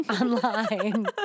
online